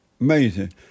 Amazing